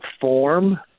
form